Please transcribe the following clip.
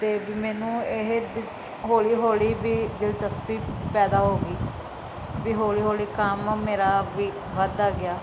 ਅਤੇ ਵੀ ਮੈਨੂੰ ਇਹ ਵੀ ਹੌਲੀ ਹੌਲੀ ਵੀ ਦਿਲਚਸਪੀ ਪੈਦਾ ਹੋ ਗਈ ਵੀ ਹੌਲੀ ਹੌਲੀ ਕੰਮ ਮੇਰਾ ਵੀ ਵੱਧਦਾ ਗਿਆ